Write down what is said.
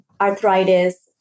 arthritis